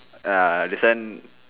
uh this one